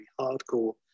hardcore